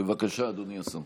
בבקשה, אדוני השר.